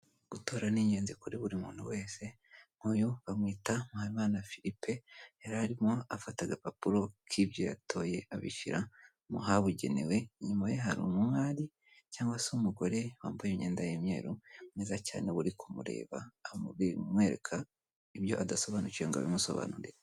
Gutora ni ingenzi kuri buri muntu wese, nk'uyu bamwita Mpayimana Philippe, yari arimo afata agapapuro k'ibyo yatoye abishyira mu habugenewe, inyuma ye hari umwari cyangwa se umugore wambaye imyenda y'imyeru mwiza cyane uri kumureba amwereka ibyo adasobanukiwe ngo abimusobanurire.